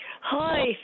Hi